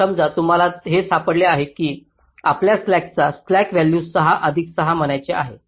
समजा तुम्हाला हे सापडले आहे की आपल्या स्लॅकला स्लॅक व्हॅल्यू 6 अधिक 6 म्हणायचे आहे